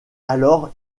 alors